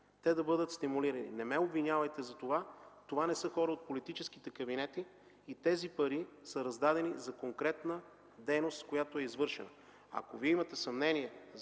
те да бъдат стимулирани. Не ме обвинявайте за това. Това не са хора от политическите кабинети. Тези пари са раздадени за конкретна дейност, която е извършена. Ако Вие имате съмнения